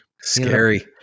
scary